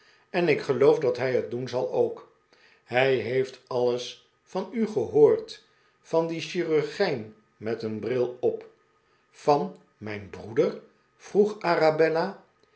en ik geloof dat hij het doen zal ook hij heeft alles van u gehoord van dien chirurgijn met een bril op van mijn broeder vroeg arabella